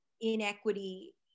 inequity